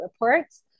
reports